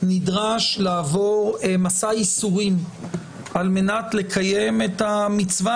נדרש לעבור מסע ייסורים על מנת לקיים את המצווה